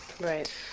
Right